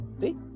See